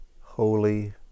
holy